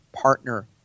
partner